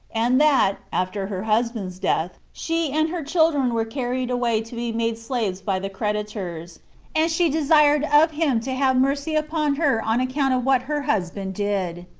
and that, after her husband's death, she and her children were carried away to be made slaves by the creditors and she desired of him to have mercy upon her on account of what her husband did,